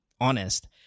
honest